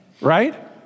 right